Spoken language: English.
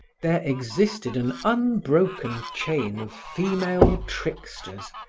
there existed an unbroken chain of female tricksters,